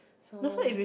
so